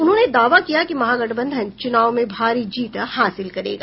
उन्होंने दावा किया कि महागठबंधन चुनाव में भारी जीत हासिल करेगा